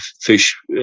fish